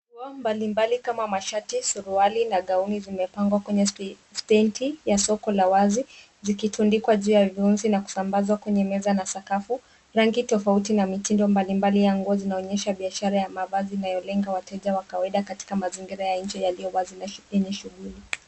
Nguo mbalimbali kama mashati, suruali na gauni zimepangwa kwenye stendi ya soko la wazi zikitundikwa juu ya viunzi na kusambazwa kwenye meza na sakafu. Rangi tofauti na mitindo mbalimbali ya nguo zinaonyesha biashara ya mavazi inayolenga wateja wa kawaida katika mazingira ya nje yaliyo wazi na yenye shughuli.